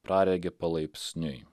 praregi palaipsniui